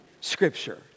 Scripture